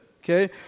okay